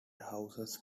houses